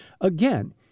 Again